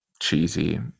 cheesy